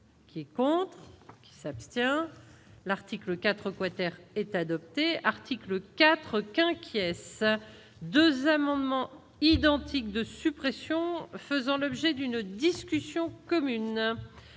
qui est pour. C'est quoi. S'abstient, l'article 4 quater est adopté article 4 Khimki s'2 amendements identiques de suppression faisant l'objet d'une discussion commune.